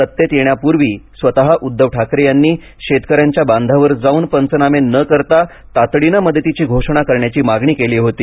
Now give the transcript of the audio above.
सत्तेत येण्यापूर्वी स्वतः उद्धव ठाकरे यांनी शेतकऱ्यांच्या बांधावर जाऊन पंचनामे न करता तातडीनं मदतीची घोषणा करण्याची मागणी केली होती